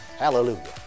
Hallelujah